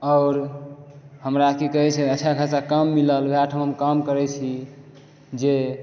आओर हमरा की कहै छै अच्छा खासा काम मिलल ओएह ठाम काम करै छी जे